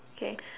okay